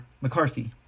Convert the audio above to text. McCarthy